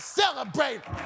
celebrating